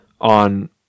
on